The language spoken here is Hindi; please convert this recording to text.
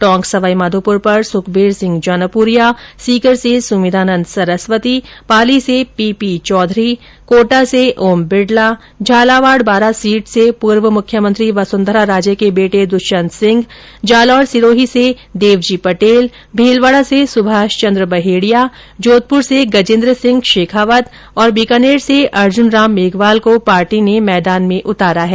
टोंक सवाईमार्धोपुर पर सुखबीर सिंह जौनपुरिया सीकर से सुमेधानंद सरस्वती पाली से पीपी चौधरी कोटा से ओम बिडला झालावाड बारां सीट से पूर्व मुख्यमंत्री वसुंधरा राजे के बेटे दुष्यंत सिंह जालोर सिरोही से देव जी पटेल भीलवाडा से सुभाषचन्द्र बहेडिया जोधपुर से गजेन्द्र सिंह शेखावत और बीकानेर से अर्जुन राम मेघवाल को पार्टी ने मैदान में उतारा है